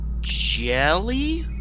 Jelly